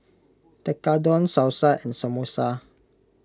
Tekkadon Salsa and Samosa